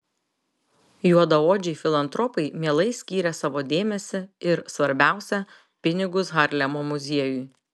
juodaodžiai filantropai mielai skyrė savo dėmesį ir svarbiausia pinigus harlemo muziejui